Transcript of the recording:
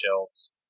shelves